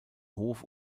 hof